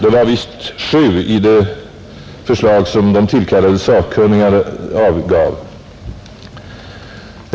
Det var visst sju i det förslag som de tillkallade sakkunniga avgav.